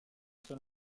seul